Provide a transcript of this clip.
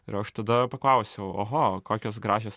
ir aš tada paklausiau oho kokios gražios